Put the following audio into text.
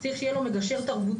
צריך שיהיה לו מגשר תרבותי,